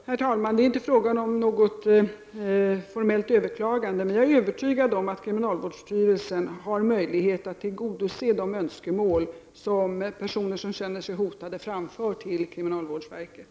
Herr talman! Det är inte fråga om något formellt överklagande. Jag är övertygad om att kriminalvårdsstyrelsen har möjlighet att tillgodose de önskemål som personer som känner sig hotade framför till kriminalvårdsverket.